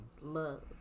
Love